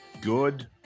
good